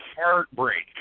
heartbreak